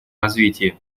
развитии